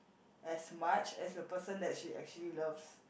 as much as the person that she actually love